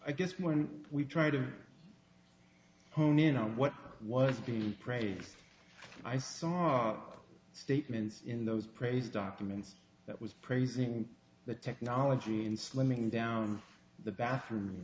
i guess when we try to hone in on what was being praised i saw our statements in those praise documents that was praising the technology and slimming down the bathroom